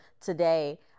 today